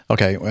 Okay